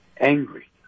Angry